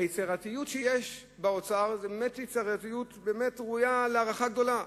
היצירתיות שיש באוצר היא באמת יצירתיות שראויה להערכה גדולה.